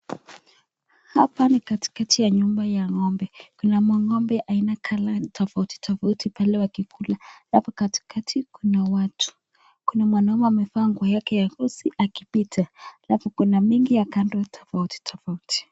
Hapa ni katikati ya nyumba ya ngombe. Kuna mangombe aina color tofauti tofauti pale wakikula. Hapo katikati kuna watu. Kuna mwanaume amevaa nguo yake nyeusi akipita, alafu kuna mingi ya kando tofauti tofauti.